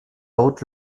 haute